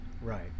Right